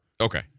okay